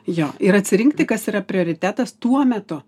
jo ir atsirinkti kas yra prioritetas tuo metu